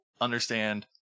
understand